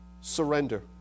Surrender